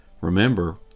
Remember